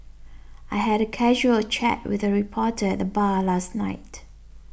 I had a casual chat with a reporter at the bar last night